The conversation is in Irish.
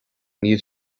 níl